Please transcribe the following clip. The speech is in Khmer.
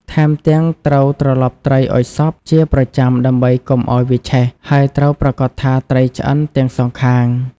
ថែមទាំងត្រូវត្រឡប់ត្រីឲ្យសព្វ ជាប្រចាំដើម្បីកុំឲ្យវាឆេះ ហើយត្រូវប្រាកដថាត្រីឆ្អិនទាំងសងខាង។